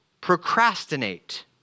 procrastinate